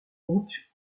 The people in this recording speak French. groupe